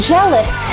Jealous